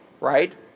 right